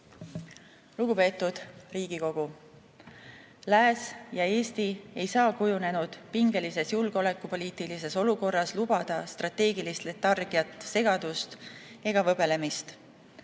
sõnaõigust. Lugupeetud Riigikogu! Lääs ja Eesti ei saa kujunenud pingelises julgeolekupoliitilises olukorras lubada strateegilist letargiat, segadust ega võbelemist.